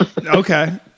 Okay